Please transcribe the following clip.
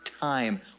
time